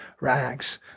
rags